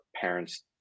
parents